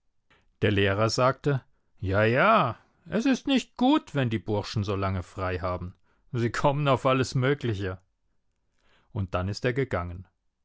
der lehrer sagte ja ja es ist nicht gut wenn die burschen so lange frei haben sie kommen auf alles mögliche und dann ist er gegangen